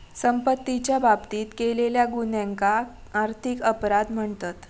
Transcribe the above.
संपत्तीच्या बाबतीत केलेल्या गुन्ह्यांका आर्थिक अपराध म्हणतत